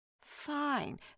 Fine